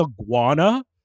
iguana